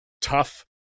tough